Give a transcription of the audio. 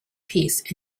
peace